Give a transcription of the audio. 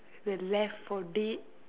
the left-for-dead